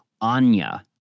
anya